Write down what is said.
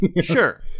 Sure